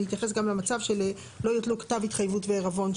להתייחס גם למצב של לא יוטלו כתב התחייבות ועירבון,